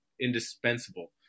indispensable